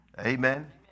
Amen